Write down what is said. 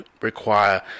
require